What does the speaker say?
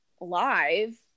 live